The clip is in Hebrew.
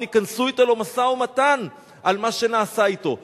ייכנסו אתו למשא-ומתן על מה שנעשה אתו,